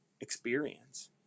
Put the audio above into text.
experience